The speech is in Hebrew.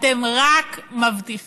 אתם רק מבטיחים,